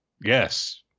Yes